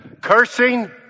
Cursing